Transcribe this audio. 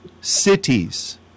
cities